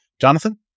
Jonathan